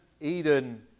eden